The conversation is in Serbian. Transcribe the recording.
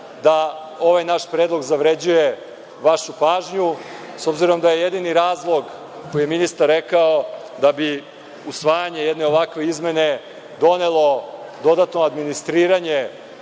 da ovaj naš predlog zavređuje vašu pažnju s obzirom da je jedini razlog koji je ministar rekao da bi usvajanje jedne ovakve izmene donelo dodatno administriranje